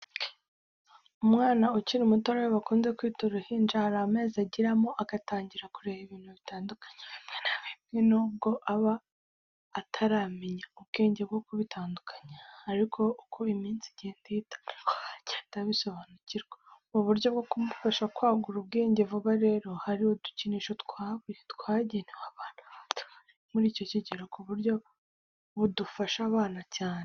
Umwana ukiri muto ari we bakunze kwita uruhinja, hari amezi ageramo agatangira kureba ibintu bitandukanye bimwe na bimwe, nubwo aba ataramenya ubwenge bwo kubitandukanya, ariko uko iminsi igenda ihita niko agenda abisobanukirwa. Mu buryo bwo kumufasha kwagura ubwenge vuba rero hari udukinisho twagenewe abana bato bari muri icyo kigero ku buryo dufasha abana cyane.